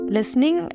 Listening